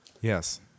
Yes